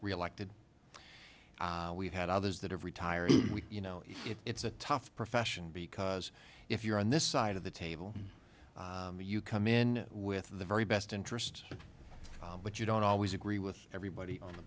reelected we've had others that have retired we you know it's a tough profession because if you're on this side of the table you come in with the very best interest but you don't always agree with everybody on the